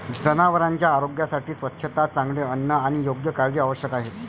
जनावरांच्या आरोग्यासाठी स्वच्छता, चांगले अन्न आणि योग्य काळजी आवश्यक आहे